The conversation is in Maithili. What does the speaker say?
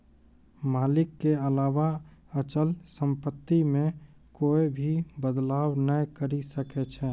मालिक के अलावा अचल सम्पत्ति मे कोए भी बदलाव नै करी सकै छै